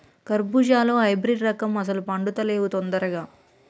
కర్బుజాలో హైబ్రిడ్ రకం అస్సలు పండుతలేవు దొందరగా